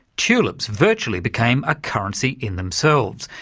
tulips virtually became a currency in themselves,